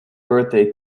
birthday